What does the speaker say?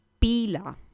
Pila